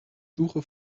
suche